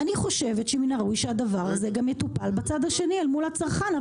אני חושבת שמן הראוי שהדבר הזה גם מטופל בצד השני אל מול הצרכן,